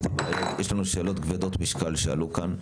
יש לנו שאלות כבדות משקל שעלו כאן.